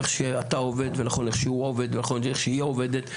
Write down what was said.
איך שאתה עובד ונכון איך שהוא עובד ונכון איך שהיא עובדת,